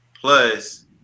plus